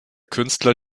künstler